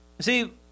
see